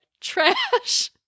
trash